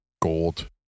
gold